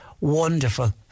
wonderful